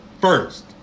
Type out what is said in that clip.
first